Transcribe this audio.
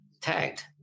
tagged